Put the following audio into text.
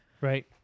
Right